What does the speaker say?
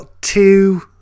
two